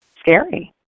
scary